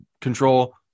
control